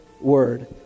word